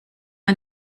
man